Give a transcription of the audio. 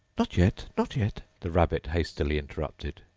not yet, not yet the rabbit hastily interrupted.